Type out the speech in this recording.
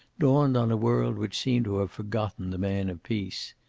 dawned on a world which seemed to have forgotten the man of peace.